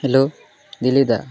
hello ଗିଲି ଦା